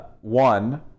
one